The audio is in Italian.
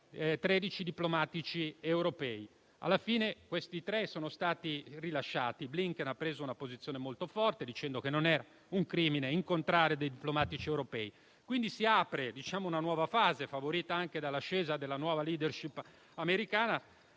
13 diplomatici europei (alla fine sono stati rilasciati). Blinken ha preso una posizione molto forte, dicendo che non è un crimine incontrare dei diplomatici europei. Si apre quindi una nuova fase, favorita anche dall'ascesa della nuova *leadership* americana,